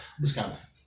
Wisconsin